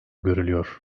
görülüyor